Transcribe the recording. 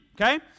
okay